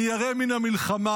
אני הרי מן המלחמה,